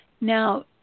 Now